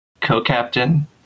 co-captain